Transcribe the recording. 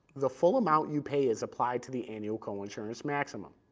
the full amount you pay is applied to the annual coinsurance maximum.